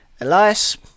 elias